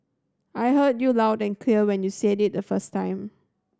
I heard you loud and clear when you said it the first time